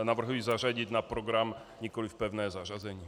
Navrhuji zařadit na program, nikoliv pevné zařazení.